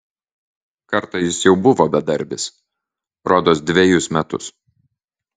kartą jis jau buvo bedarbis rodos dvejus metus